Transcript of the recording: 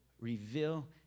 reveal